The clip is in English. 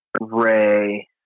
Ray